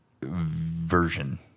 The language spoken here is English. version